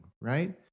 right